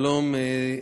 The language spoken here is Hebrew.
שלום,